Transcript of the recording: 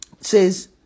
Says